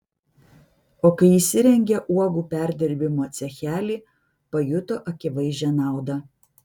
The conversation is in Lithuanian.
o kai įsirengė uogų perdirbimo cechelį pajuto akivaizdžią naudą